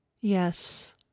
Yes